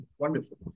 wonderful